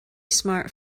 smart